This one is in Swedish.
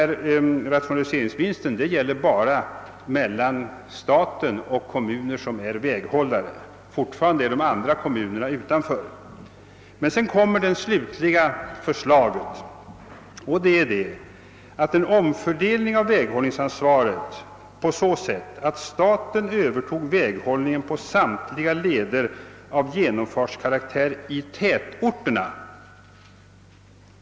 Rationaliseringsvinsten gäller i alla fall bara i fråga om staten och de kom muner som är väghållare; fortfarande är de andra kommunerna utanför. Men det slutgiltiga förslaget innebär en omfördelning av väghållningsansvaret på så sätt, att staten övertar väghållningsansvaret beträffande »samtliga leder av genomfartskaraktär i tätorterna».